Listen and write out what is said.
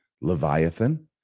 Leviathan